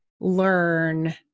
learn